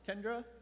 Kendra